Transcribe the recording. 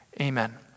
Amen